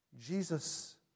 Jesus